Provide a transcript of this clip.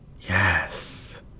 Yes